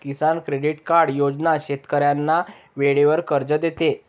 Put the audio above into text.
किसान credit card योजना शेतकऱ्यांना वेळेवर कर्ज देते